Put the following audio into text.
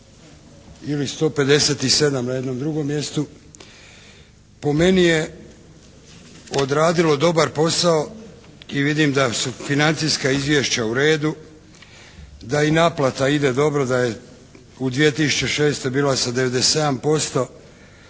ili 157 na jednom drugom mjestu po meni je odradilo dobar posao i vidim da su financijska izvješća u redu, da i naplata ide dobro, da je u 2006. bila 97%